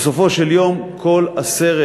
בסופו של יום, כל עשרת